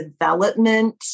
development